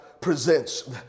presents